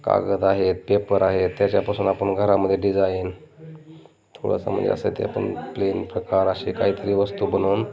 कागद आहेत पेपर आहेत त्याच्यापासून आपण घरामध्ये डिझाईन थोडंसं म्हणजे असं ते आपण प्लेन प्रकार असे काहीतरी वस्तू बनवून